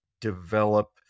develop